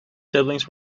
siblings